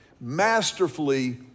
masterfully